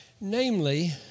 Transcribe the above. namely